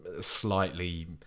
slightly